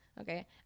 Okay